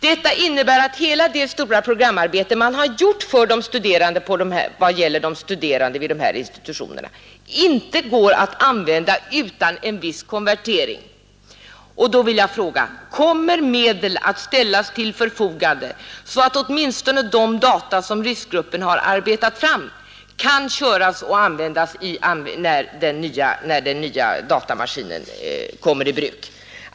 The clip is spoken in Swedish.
Detta innebär att hela det stora programarbete man gjort i vad gäller de studerande vid de här institutionerna inte går att använda utan en viss konvertering. Jag vill fråga: Kommer medel att ställas till förfogande så att åtminstone de data som RISK-gruppen har arbetat fram kan användas när den nya datamaskinen tas i bruk?